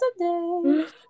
today